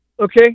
Okay